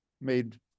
made